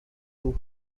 too